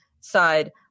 side